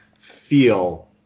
feel